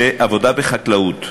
שעבודה בחקלאות,